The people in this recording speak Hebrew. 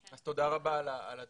אז תודה רבה על הדברים.